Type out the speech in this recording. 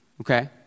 Okay